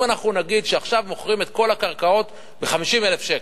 אם אנחנו נגיד שעכשיו מוכרים את כל הקרקעות ב-50,000 שקל,